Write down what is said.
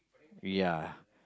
ya